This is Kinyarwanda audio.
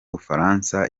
bufaransa